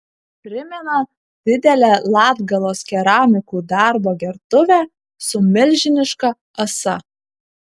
primena didelę latgalos keramikų darbo gertuvę su milžiniška ąsa